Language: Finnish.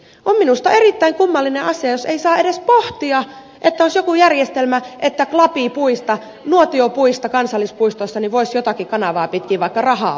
on minusta erittäin kummallinen asia jos ei saa edes pohtia että olisi joku järjestelmä että klapipuista nuotiopuista kansallispuistoissa voisi jotakin kanavaa pitkin vaikka rahaa maksaa